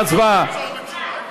תשובה והצבעה,